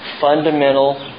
fundamental